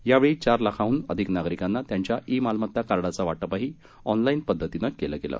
यावेळी चार लाखाहून अधिक नागरिकांना त्यांच्या ई मालमत्ता कार्डाचं वाटपही ऑनलाईन पद्धतीनं केलं गेलं